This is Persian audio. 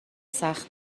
سخت